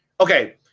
okay